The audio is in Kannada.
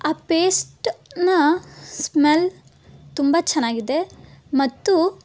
ಆ ಪೇಸ್ಟ್ನ ಸ್ಮೆಲ್ ತುಂಬ ಚೆನ್ನಾಗಿದೆ ಮತ್ತು